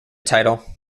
title